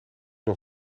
nog